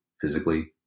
physically